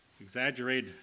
exaggerate